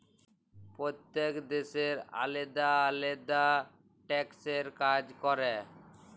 প্যইত্তেক দ্যাশের আলেদা আলেদা ট্যাক্সের কাজ ক্যরে